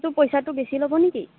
সেইটো পইচাটো বেছি ল'ব নে কি